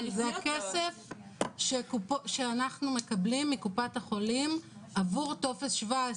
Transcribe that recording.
זה הכסף שאנחנו מקבלים מקופת החולים עבור טופס 17,